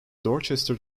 dorchester